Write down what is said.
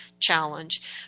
challenge